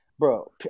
Bro